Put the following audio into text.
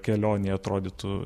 kelione atrodytų